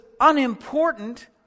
unimportant